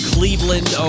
Cleveland